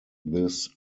this